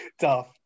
Tough